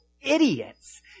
idiots